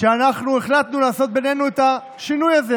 שאנחנו החלטנו לעשות בינינו את השינוי הזה.